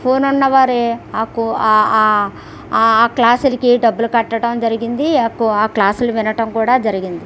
phone వున్నా వారే ఆ కో క్లాస్లకి డబ్బులు కట్టడం జరిగింది ఆ క్లాసులు వినటం కూడా జరిగింది